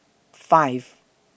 five